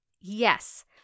Yes